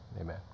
Amen